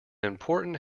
important